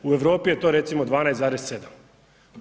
U Europi je to, recimo, 12,7.